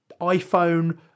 iPhone